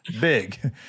big